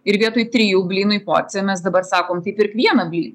ir vietoj trijų blynų į porciją mes dabar sakom tai pirk vieną blyną